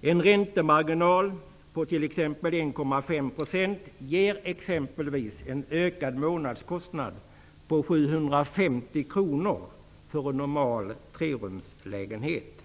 En räntemarginal på 1,5 % ger t.ex. en ökad månadskostnad på 750 kr för en normal trerumslägenhet.